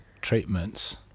treatments